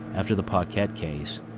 after the paquette case,